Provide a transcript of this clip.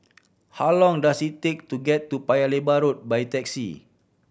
how long does it take to get to Paya Lebar Road by taxi